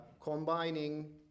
combining